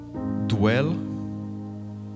Dwell